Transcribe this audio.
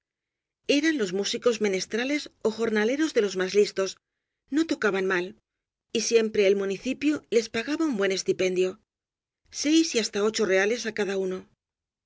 eran los músicos menestrales ó jornaleros de los más listos no tocaban mal y siempre el municipio les pagaba un buen estipendio seis y hasta ocho reales á cada uno